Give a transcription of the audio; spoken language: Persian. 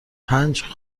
پنج